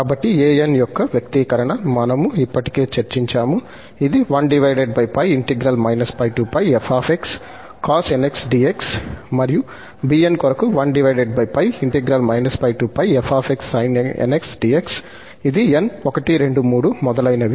కాబట్టి an యొక్క వ్యక్తీకరణ మనము ఇప్పటికే చర్చించాము ఇది మరియు bn కొరకు ఇది n 1 2 3 మొదలైనవి